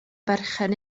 berchen